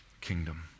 kingdom